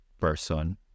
person